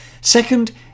second